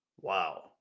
Wow